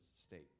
state